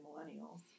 millennials